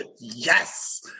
Yes